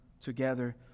together